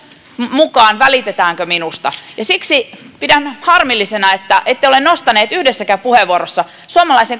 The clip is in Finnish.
mukaan välitetäänkö minusta siksi pidän harmillisena että ette ole nostaneet yhdessäkään puheenvuorossa suomalaisen